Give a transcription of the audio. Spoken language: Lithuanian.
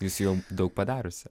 jūs jau daug padariusi